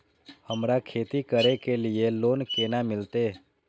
हमरा खेती करे के लिए लोन केना मिलते?